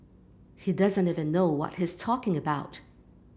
he doesn't even know what he's talking about